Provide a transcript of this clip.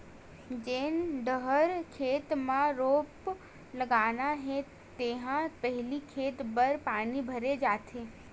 जेन डहर खेत म रोपा लगाना हे तिहा पहिली खेत भर पानी भरे जाथे